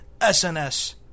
SNS